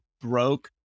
broke